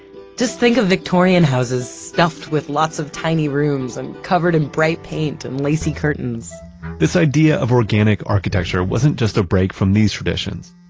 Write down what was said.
just think of victorian houses stuffed with lots of tiny rooms and covered in bright paint and lacy curtains this idea of organic architecture wasn't just a break from these traditions,